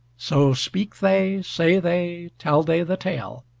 so speak they, say they, tell they the tale